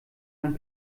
mein